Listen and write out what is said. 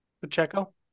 Pacheco